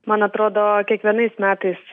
man atrodo kiekvienais metais